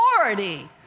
authority